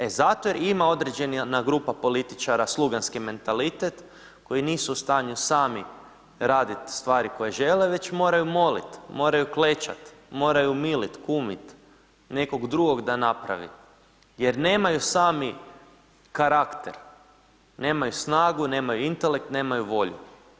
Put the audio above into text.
E zato jer ima određena grupa političara sluganski mentalitet koji nisu u stanju sami radit stvari koje žele, već moraju molit, moraju klečat, moraju milit, kumit nekog drugog da napravi, jer nemaju sami karakter, nemaju snagu, nemaju intelekt, nemaju volju.